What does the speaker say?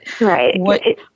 right